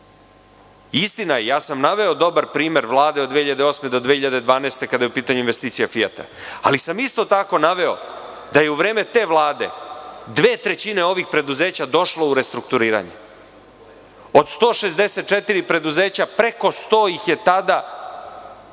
je, naveo sam dobar primer Vlade od 2008. do 2012. godine, kada je u pitanju investicija „Fijata“, ali sam isto tako naveo da je u vreme te Vlade dve trećine ovih preduzeća došlo u restrukturiranje. Od 164 preduzeća, preko 100 ih je tada